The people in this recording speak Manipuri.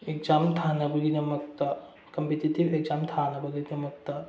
ꯑꯦꯛꯖꯥꯝ ꯊꯥꯅꯕꯒꯤꯗꯃꯛꯇ ꯀꯝꯄꯤꯇꯤꯇꯤꯚ ꯑꯦꯛꯖꯥꯝ ꯊꯥꯅꯕꯒꯤꯗꯃꯛꯇ